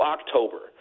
October